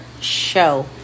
show